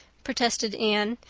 protested anne.